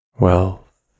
Wealth